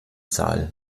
zahl